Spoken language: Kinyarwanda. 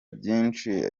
byinshi